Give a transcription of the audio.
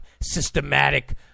systematic